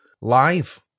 Live